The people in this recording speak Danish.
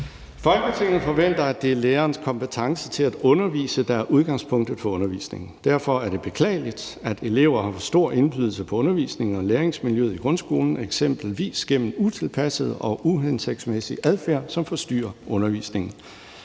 »Folketinget forventer, at det er lærerens kompetence til at undervise, der er udgangspunktet for undervisningen. Derfor er det beklageligt, at elever har for stor indflydelse på undervisningen og læringsmiljøet i grundskolen, eksempelvis gennem utilpasset og uhensigtsmæssig adfærd, som forstyrrer undervisningen.